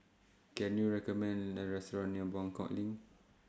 Can YOU recommend A Restaurant near Buangkok LINK